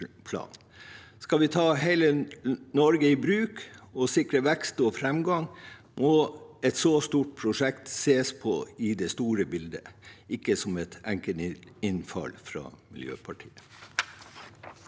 Skal vi ta hele Norge i bruk og sikre vekst og framgang, må et så stort prosjekt ses på i det store bildet og ikke som et enkeltinnfall fra Miljøpartiet